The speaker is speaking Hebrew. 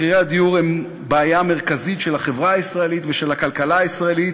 מחירי הדיור הם בעיה מרכזית של החברה הישראלית ושל הכלכלה הישראלית,